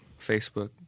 Facebook